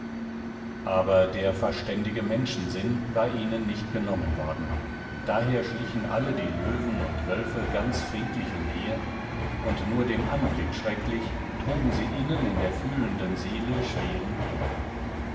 aber der verständige menschensinn war ihnen nicht genommen worden daher schlichen alle die löwen und wölfe ganz friedlich umher und nur dem anblick schrecklich trugen sie innen in der fühlenden seele schweren kummer